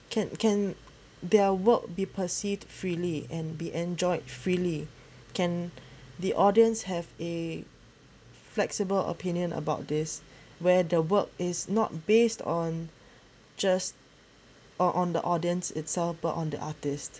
can can their work be perceived freely and be enjoyed freely can the audience have a flexible opinion about this where the work is not based on just or on the audience itself but on the artist